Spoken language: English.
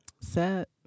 Set